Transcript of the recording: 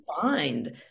find